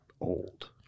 old